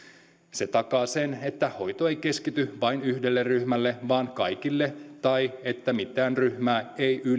se takaa sen että hoito ei keskity vain yhdelle ryhmälle vaan kaikille ja että mitään ryhmää